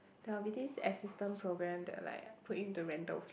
there will be this assistant program that like put in the rental flat